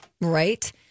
Right